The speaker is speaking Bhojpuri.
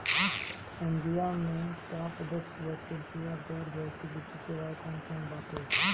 इंडिया में टाप दस वैकल्पिक या गैर बैंकिंग वित्तीय सेवाएं कौन कोन बाटे?